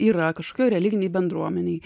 yra kažkokioj religinėj bendruomenėj